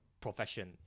profession